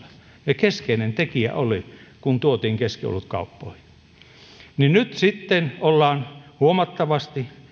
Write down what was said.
ja keskeinen tekijä oli se kun tuotiin keskiolut kauppoihin nyt sitten ollaan huomattavasti